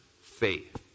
faith